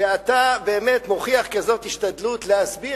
כשאתה באמת מוכיח כזאת השתדלות להסביר